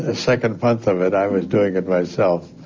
ah second month of it, i was doing it myself.